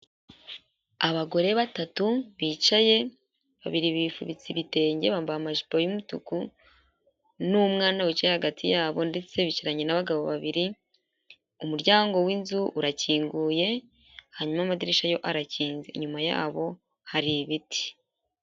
Abagore batatu bicaye babiri bifubitse ibitenge bambaye amajipo y'umutuku n'umwana wicaye hagati yabo ndetse bicaranye n'abagabo babiri, umuryango w'inzu urakinguye hanyuma amadirishya yo arakinze, inyuma yabo hari ibiti.